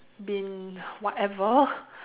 been whatever